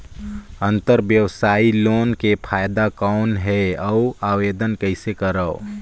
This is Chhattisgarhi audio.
अंतरव्यवसायी लोन के फाइदा कौन हे? अउ आवेदन कइसे करव?